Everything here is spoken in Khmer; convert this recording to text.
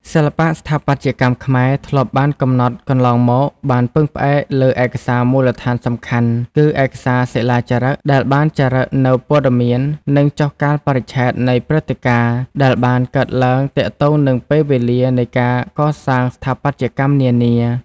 សិល្បៈស្ថាបត្យកម្មខ្មែរ ធ្លាប់បានកំណត់កន្លងមក បានពឹងផ្អែកលើឯកសារមូលដ្ឋានសំខាន់គឺ ឯកសារសិលាចារឹក ដែលបានចារឹកទុកនូវព័ត៌មាន និងចុះកាលបរិច្ឆេទនៃព្រឹត្តិកាណ៍ ដែលបានកើតឡើងទាក់ទងនឹងពេលវេលានៃការកសាងស្ថាបត្យកម្មនានា។